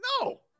No